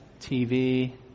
TV